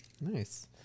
Nice